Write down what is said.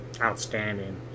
outstanding